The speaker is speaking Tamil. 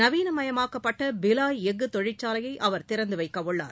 நவீனமயமாக்கப்பட்ட பிலாய் எஃஃகு தொழிற்சாலையை அவர் திறந்து வைக்கவுள்ளார்